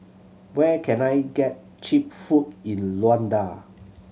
where can I get cheap food in Luanda